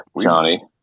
Johnny